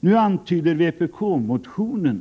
Nu antyder vpk-motionen